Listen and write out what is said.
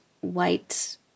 white